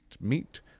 meat